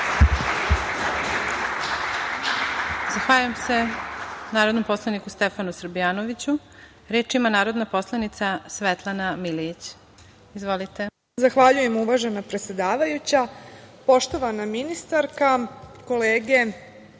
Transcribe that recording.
Zahvaljujem se narodnom poslaniku Stefanu Srbljanoviću. Reč ima narodna poslanica Svetlana Milijić. Izvolite. **Svetlana Milijić** Zahvaljujem, uvažena predsedavajuća. Poštovana ministarka, kolege